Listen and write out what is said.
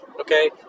Okay